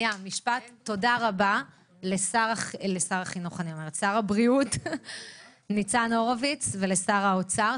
תודה רבה לשר הבריאות ניצן הורוביץ ולשר האוצר.